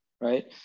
Right